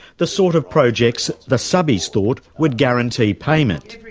the sort of projects the subbies thought would guarantee payment.